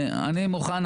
אני מוכן,